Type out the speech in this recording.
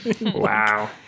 Wow